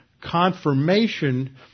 Confirmation